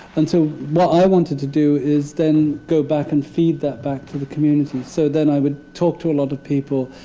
and so what i wanted to do is then go back and feed that back to the community. so then i would talk to a lot of people,